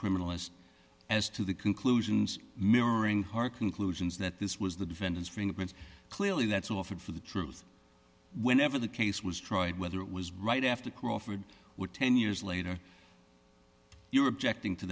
criminalist as to the conclusions mirroring her conclusions that this was the defendant's fingerprints clearly that's all of it for the truth whenever the case was tried whether it was right after crawford would ten years later you're objecting to